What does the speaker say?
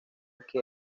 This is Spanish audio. que